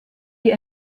die